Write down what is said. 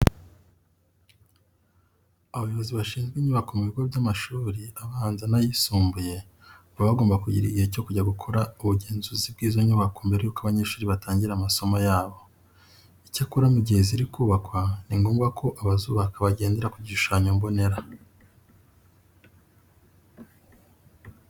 Abayobozi bashinzwe inyubako mu bigo by'amashuri abanza n'ayisumbuye baba bagomba kugira igihe cyo kujya gukora ubugenzuzi bw'izo nyubako mbere yuko abanyeshuri batangira amasomo yabo. Icyakora mu gihe ziri kubakwa ni ngombwa ko abazubaka bagendera ku gishushanyo mbonera.